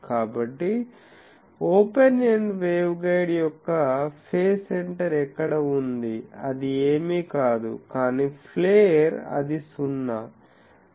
కాబట్టి open end waveguide యొక్క phase center ఎక్కడ ఉంది అది ఏమీ కాదు కాని ప్లేర్ అది 0